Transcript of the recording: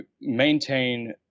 maintain